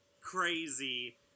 crazy